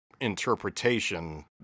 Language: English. interpretation